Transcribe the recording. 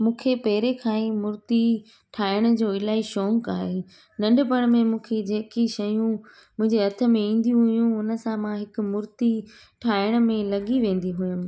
मूंंखे पहिरीं खां ई मूर्ति ठाहिण जो इलाही शौंक़ु आहे नंढपिणु में मूंखे जेकी शयूं मुंहिंजे हथ में ईंदियूं हुयूं उनसां मां हिक मूर्ति ठाहिण में लॻी वेंदी हुयमि